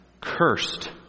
Cursed